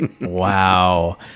Wow